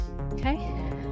okay